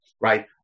right